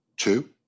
two